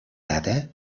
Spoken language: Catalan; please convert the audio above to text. data